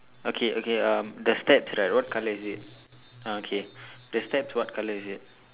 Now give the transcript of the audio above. okay okay um the steps right what colour is it uh okay the steps what colour is it